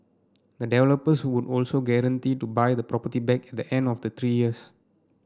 the developers would also guarantee to buy the property back at the end of the three years